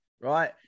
Right